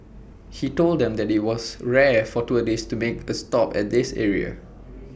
he told them that IT was rare for tourists to make A stop at this area